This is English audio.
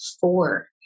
four